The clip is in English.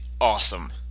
awesome